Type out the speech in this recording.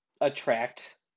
attract